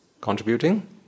contributing